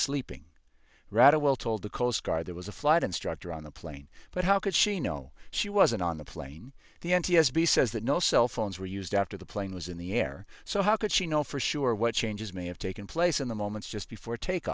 sleeping rather well told the coast guard there was a flight instructor on the plane but how could she know she wasn't on the plane the n t s b says that no cell phones were used after the plane was in the air so how could she know for sure what changes may have taken place in the moments just before take